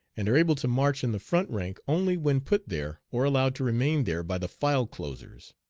and are able to march in the front rank only when put there or allowed to remain there by the file-closers.